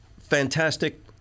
fantastic